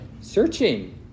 Searching